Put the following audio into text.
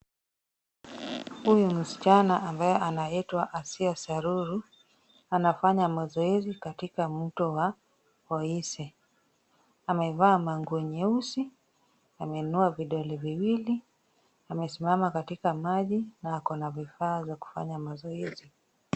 Huyu msichana ambaye anaitwa Asiya Sururu, anafanya mazoezi katika mto wa Oise. Amevaa nguo nyeusi, ameinua vidole viwili, amesimama katika maji na ako na vifaa za kufanya mazoezi.